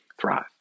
thrive